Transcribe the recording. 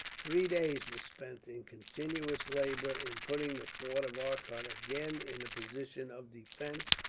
three days were spent, in continuous labour, in putting the fort of arcot again in a position of defence